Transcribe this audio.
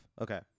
Okay